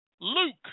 Luke